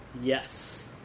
Yes